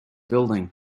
building